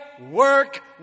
work